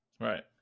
Right